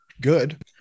good